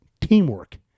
teamwork